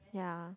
yeah